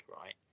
right